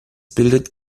bildet